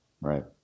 Right